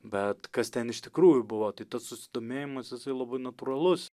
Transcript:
bet kas ten iš tikrųjų buvo tai tas susidomėjimas jis labai natūralus